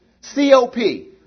C-O-P